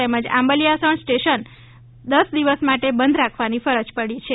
તેમજ આંબલિયાસણ સ્ટેશન બજાર પણ દસ દિવસ માટે બંધ રાખવાની ફરજ પડી છે